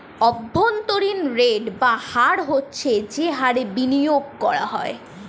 অভ্যন্তরীণ রেট বা হার হচ্ছে যে হারে বিনিয়োগ করা হয়